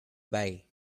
bay